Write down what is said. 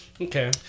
Okay